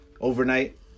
overnight